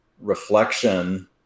reflection